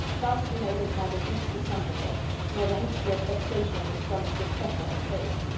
thus he noticed neither jukes discomfiture nor the mixture of vexation and astonished respect on his face.